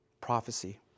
prophecy